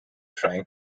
trying